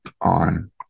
on